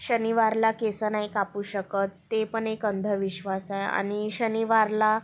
शनिवारला केस नाही कापू शकत ते पण एक अंधविश्वास आहे आणि शनिवारला